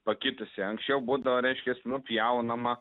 pakitusi anksčiau būdavo reiškias nupjaunama